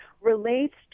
relates